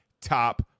top